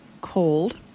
Cold